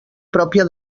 pròpia